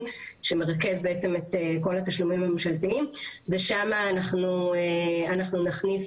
שמרכז בעצם את כל התשלומים הממשלתיים ושם אנחנו נכניס